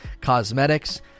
cosmetics